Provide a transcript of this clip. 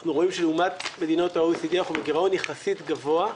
אנחנו רואים שלעומת מדינות ה-OECD אנחנו בגרעון יחסית גבוה.